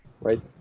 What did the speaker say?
right